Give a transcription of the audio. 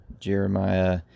Jeremiah